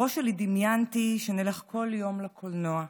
בראש שלי דמיינתי שנלך כל יום לקולנוע,